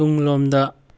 ꯇꯨꯡꯂꯣꯝꯗ